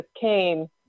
came